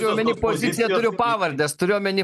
turiu omeny poziciją turiu pavardes turiu omeny